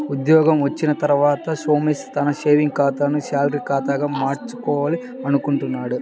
ఉద్యోగం వచ్చిన తర్వాత సోమేష్ తన సేవింగ్స్ ఖాతాను శాలరీ ఖాతాగా మార్చుకోవాలనుకుంటున్నాడు